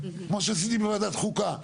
כמו שעשיתי בוועדת חוקה.